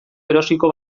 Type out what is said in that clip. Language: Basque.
erosiko